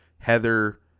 heather